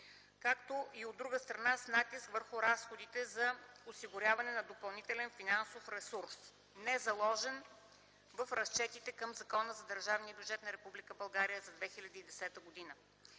както и от друга страна – с натиск върху разходите за осигуряване на допълнителен финансов ресурс не заложен в разчетите към Закона за държавния бюджет на Република България за 2010 г.